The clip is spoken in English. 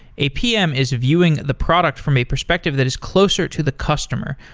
a pm is viewing the product from a perspective that is closer to the customer,